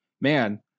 man